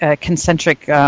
concentric